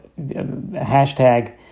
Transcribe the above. hashtag